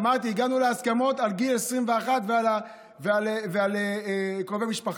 אמרתי, הגענו להסכמות על גיל 21 ועל קרובי משפחה,